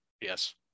yes